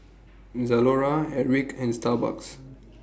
Zalora Airwick and Starbucks